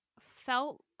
felt